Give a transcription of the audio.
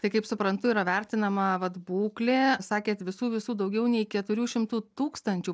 tai kaip suprantu yra vertinama vat būklė sakėt visų visų daugiau nei keturių šimtų tūkstančių